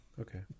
Okay